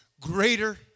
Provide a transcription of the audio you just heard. greater